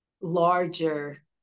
larger